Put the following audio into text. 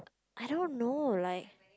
I don't know like